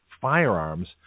firearms